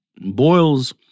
boils